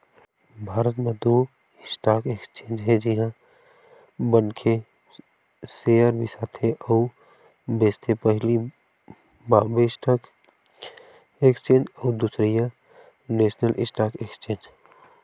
भारत म दू stock exchange हे जिहाँ मनखे सेयर बिसाथे अउ बेंचथे पहिली बॉम्बे स्टॉक एक्सचेंज अउ दूसरइया नेसनल स्टॉक एक्सचेंज